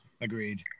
Agreed